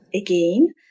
again